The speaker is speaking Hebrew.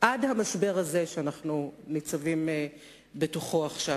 עד המשבר הזה שאנחנו ניצבים בו עכשיו.